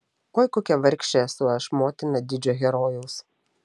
oi kokia vargšė esu aš motina didžio herojaus